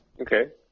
Okay